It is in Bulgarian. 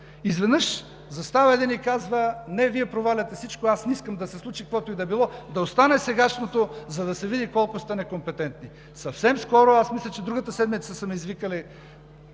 изведнъж застава един и казва: „Не, Вие проваляте всичко, аз не искам да се случи каквото и да било – да остане сегашното, за да се види колко сте некомпетентни.“ Съвсем скоро – мисля, че другата седмица са ме извикали,